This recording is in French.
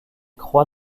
croix